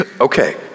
Okay